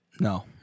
No